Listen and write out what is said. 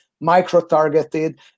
micro-targeted